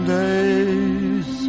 days